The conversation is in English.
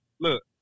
look